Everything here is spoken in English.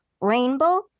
rainbow